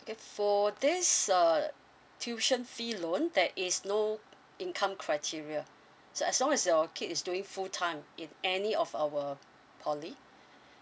okay for this uh tuition fee loan there is no income criteria so as long as your kid is doing full time in any of our poly